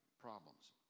problems